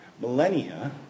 millennia